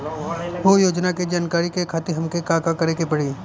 उ योजना के जानकारी के खातिर हमके का करे के पड़ी?